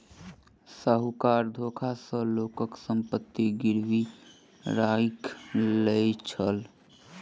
साहूकार धोखा सॅ लोकक संपत्ति गिरवी राइख लय छल